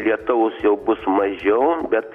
lietaus jau bus mažiau bet